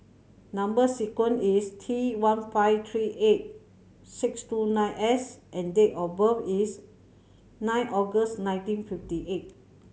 number sequence is T one five three eight six two nine S and date of birth is nine August nineteen fifty eight